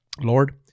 Lord